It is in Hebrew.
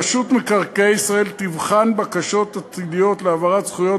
רשות מקרקעי ישראל תבחן בקשות עתידיות להעברת זכויות